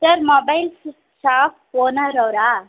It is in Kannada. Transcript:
ಸರ್ ಮೊಬೈಲ್ ಶಾಪ್ ಓನರ್ ಅವ್ರಾ